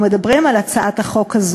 חוקה של מדינה במדינות בתוך ארצות-הברית,